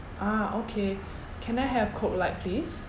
ah okay can I have coke light please